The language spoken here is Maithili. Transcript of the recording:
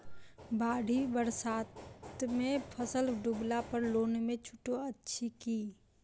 बाढ़ि बरसातमे फसल डुबला पर लोनमे छुटो अछि की